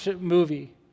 movie